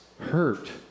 Hurt